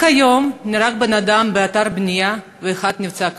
רק היום נהרג בן-אדם באתר בנייה ואחד נפצע קשות.